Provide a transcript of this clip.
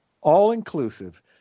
all-inclusive